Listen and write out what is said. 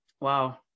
wow